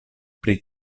pri